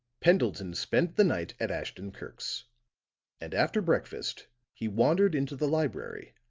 pendleton spent the night at ashton-kirk's and after breakfast he wandered into the library,